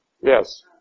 Yes